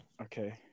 okay